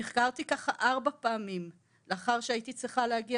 נחקרתי ככה ארבע פעמים לאחר שהייתי צריכה להגיע